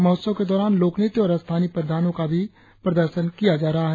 महोत्सव के दौरान लोकनृत्य और स्थानीय परिधानों का भी प्रदर्शन किया जा रहा है